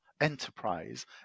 enterprise